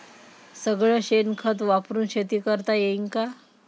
सगळं शेन खत वापरुन शेती करता येईन का?